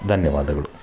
ಧನ್ಯವಾದಗಳು